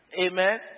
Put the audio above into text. Amen